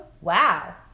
Wow